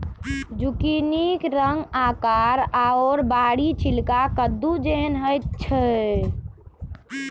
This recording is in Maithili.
जुकिनीक रंग आकार आओर बाहरी छिलका कद्दू जेहन होइत छै